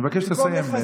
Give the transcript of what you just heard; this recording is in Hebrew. אני מבקש לסיים.